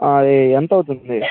అది ఎంతవుతుంది